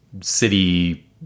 city